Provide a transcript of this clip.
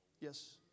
Yes